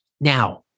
Now